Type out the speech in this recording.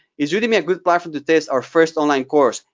is udemy a good platform to test our first online course?